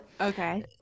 Okay